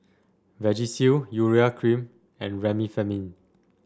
Vagisil Urea Cream and Remifemin